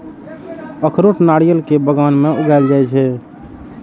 अखरोट नारियल के बगान मे उगाएल जाइ छै